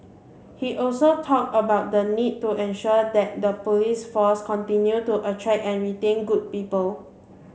he also talked about the need to ensure that the police force continue to attract and retain good people